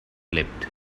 clipped